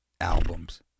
albums